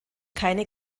keine